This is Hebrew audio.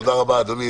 תודה רבה, אדוני.